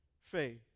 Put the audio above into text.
faith